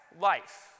life